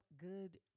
good